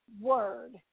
word